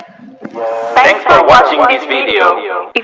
thanks for watching this video!